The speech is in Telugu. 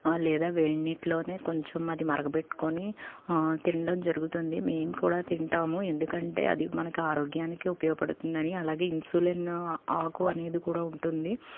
లేదా వేడినీటిలోనే కొంచెం అది మరగపెట్టుకొని తినడం జరుగుతుంది మేము కూడా తింటాము ఎందుకంటే అది మనకు ఆరోగ్యానికి ఉపయోగపడుతుందని అలాగే ఇన్సూలిన్ ఆకు అనేది కూడా ఉంటుంది